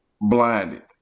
blinded